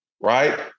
Right